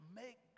make